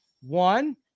one